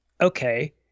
okay